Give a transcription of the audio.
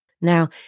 Now